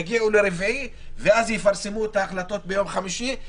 יגיעו לרביעי ויפרסמו את ההחלטות ביום חמישי.